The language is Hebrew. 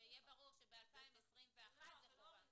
שיהיה ברור שב-2021 זה חובה.